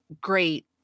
great